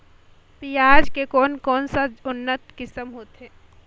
पियाज के कोन कोन सा उन्नत किसम होथे?